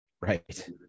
Right